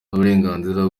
n’uburenganzira